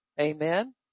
Amen